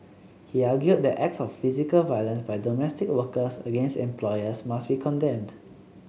he argued that acts of physical violence by domestic workers against employers must be condemned